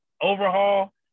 overhaul